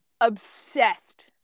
Obsessed